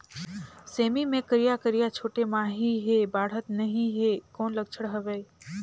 सेमी मे करिया करिया छोटे माछी हे बाढ़त नहीं हे कौन लक्षण हवय?